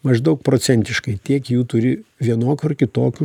maždaug procentiškai tiek jų turi vienokių ar kitokių